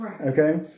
okay